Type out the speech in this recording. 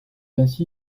ainsi